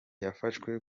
yafashwe